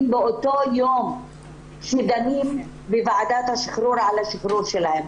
באותו יום בו דנים בוועדת השחרור על השחרור שלהם.